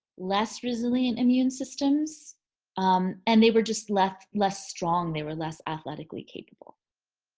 less resilient immune systems um and they were just less less strong they were less athletically capable.